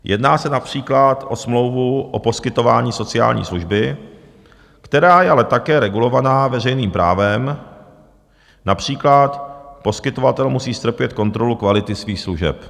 Jedná se například o smlouvu o poskytování sociální služby, která je ale také regulovaná veřejným právem, například poskytovatel musí strpět kontrolu kvality svých služeb.